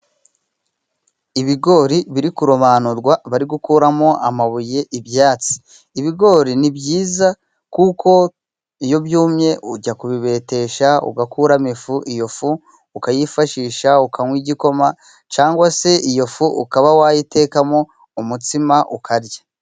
Ibigori biri kurobanurwa bari gukuramo amabuye, ibyatsi. Ibigori ni byiza kuko iyo byumye , ujya kubibetesha ugakuramo ifu, iyo fu ukayifashisha ukanywa igikoma cyangwa se iyo fu ukaba wayitekamo umutsima ukarya.